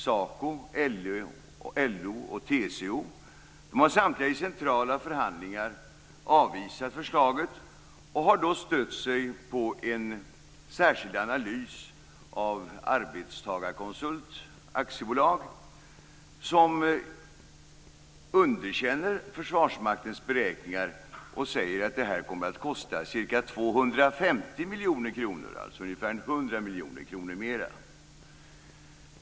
SACO, LO och TCO har i centrala förhandlingar avvisat förslaget, och de har då stött sig på en särskild analys av Arbetstagarkonsult AB, som underkänner Försvarsmaktens beräkningar och säger att det här kommer att kosta ca 250 miljoner kronor, dvs. 100 miljoner mer.